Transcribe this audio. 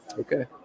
Okay